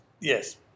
Yes